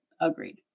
Agreed